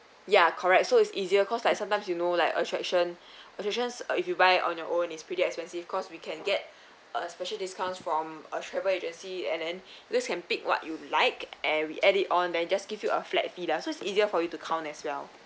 ya correct so it's easier cause like sometimes you know like attraction attractions uh if you buy on your own is pretty expensive cause we can get uh special discounts from uh travel agency and then this can pick what you like and we add it on then just give you a flat fee lah so it's easier for you to count as well